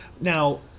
Now